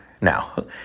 now